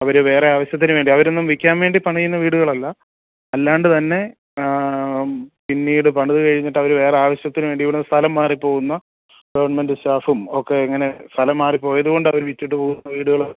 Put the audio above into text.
അവർ വേറെ ആവശ്യത്തിനുവേണ്ടി അവരൊന്നും വിൽക്കാൻ വേണ്ടി പണിയുന്ന വീടുകളല്ല അല്ലാണ്ട് തന്നെ ആ പിന്നീട് പണിത്കഴിഞ്ഞിട്ട് അവർ വേറെ ആവശ്യത്തിനുവേണ്ടി ഇവിടെ നിന്ന് സ്ഥലം മാറി പോകുന്ന ഗവൺമെൻ്റ് സ്റ്റാഫും ഒക്കെ ഇങ്ങനെ സ്ഥലം മാറിപ്പോയതുകൊണ്ട് അവർ വിറ്റിട്ട് പോകുന്ന വീടുകളും